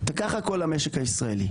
תיקח הכול למשק הישראלי.